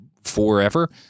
forever